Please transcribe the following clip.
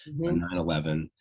9/11